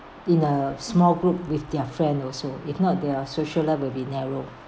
in a small group with their friend also if not their social life will be narrow